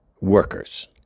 workers